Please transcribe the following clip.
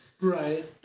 Right